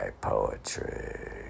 poetry